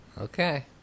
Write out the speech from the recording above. okay